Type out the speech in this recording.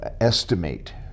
estimate